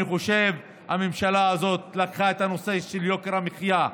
אני חושב שהממשלה הזו לקחה את נושא יוקר המחיה,